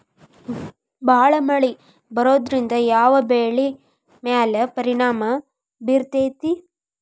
ಭಾಳ ಮಳಿ ಬರೋದ್ರಿಂದ ಯಾವ್ ಬೆಳಿ ಮ್ಯಾಲ್ ಪರಿಣಾಮ ಬಿರತೇತಿ?